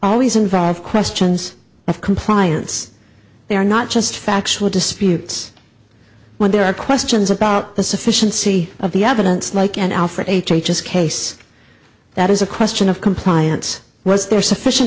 always involve questions of compliance they are not just factual disputes when there are questions about the sufficiency of the evidence like an alfred ages case that is a question of compliance was there sufficient